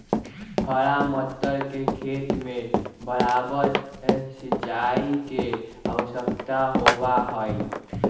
हरा मटर के खेत में बारबार सिंचाई के आवश्यकता होबा हई